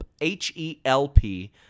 H-E-L-P